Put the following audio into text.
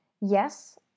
Yes